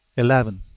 eleven.